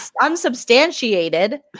unsubstantiated